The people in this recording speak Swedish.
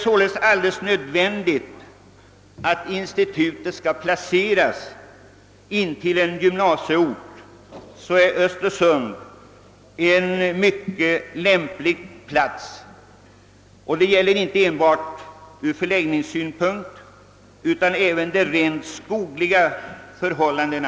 Men anses det alldeles nödvändigt att placera institutet intill en gymnasieort är Östersund en mycket lämplig sådan, inte enbart med tanke på förläggningsorten utan också beträffande rent skogliga förhållanden.